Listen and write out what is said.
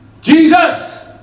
Jesus